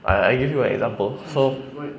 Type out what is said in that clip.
I I give you an example so